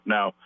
Now